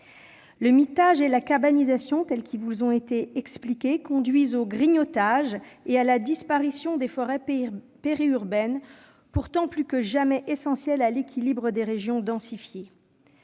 Le mitage et la « cabanisation », tels qu'ils vous ont été expliqués, conduisent au « grignotage » et à la disparition de forêts périurbaines, pourtant plus que jamais essentielles à l'équilibre des régions densifiées.